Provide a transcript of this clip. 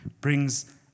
brings